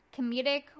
comedic